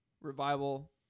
revival